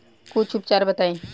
कुछ उपचार बताई?